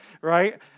right